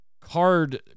card